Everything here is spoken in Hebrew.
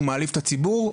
הוא מעליב את הציבור.